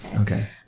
Okay